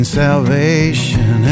salvation